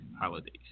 holidays